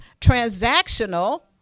transactional